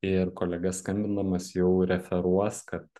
ir kolega skambinamas jau referuos kad